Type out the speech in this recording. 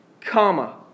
Comma